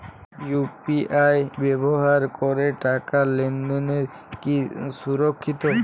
UPI ব্যবহার করে টাকা লেনদেন কি সুরক্ষিত?